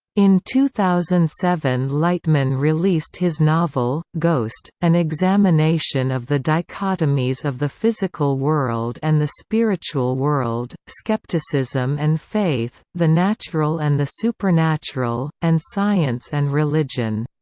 in two thousand and seven lightman released his novel, ghost, an examination of the dichotomies of the physical world and the spiritual world, scepticism and faith, the natural and the supernatural, and science and religion.